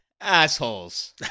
assholes